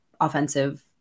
offensive